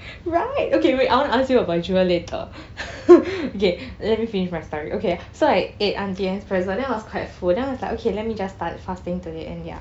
right okay wait I want to ask you about jewel later okay let me finish my story okay so I ate auntie anne's pretzel then I was quite full then I was like okay let me just start fasting today and ya